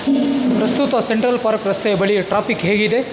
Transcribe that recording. ಪ್ರಸ್ತುತ central park ರಸ್ತೆಯ ಬಳಿ ಟ್ರಾಪಿಕ್ ಹೇಗಿದೆ